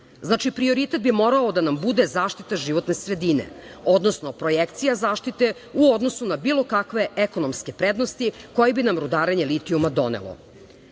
strani. Znači, prioritet bi morao da nam bude zaštita životne sredine, odnosno projekcija zaštite u odnosu na bilo kakve ekonomske prednosti koji bi nam rudarenje litijuma